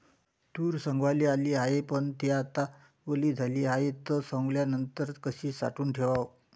तूर सवंगाले आली हाये, पन थे आता वली झाली हाये, त सवंगनीनंतर कशी साठवून ठेवाव?